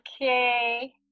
Okay